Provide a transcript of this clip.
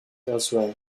elsewhere